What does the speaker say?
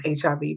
HIV